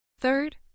Third